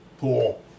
pool